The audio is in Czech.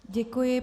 Děkuji.